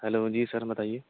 hello جی sir بتائیے